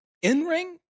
In-ring